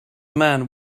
man